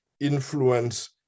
influence